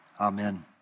Amen